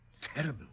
Terrible